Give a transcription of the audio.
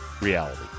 Reality